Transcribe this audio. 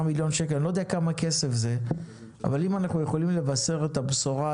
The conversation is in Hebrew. זה אני לא יודע אם יעלו לך ל-75,000.